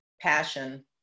passion